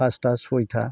फासथा सयथा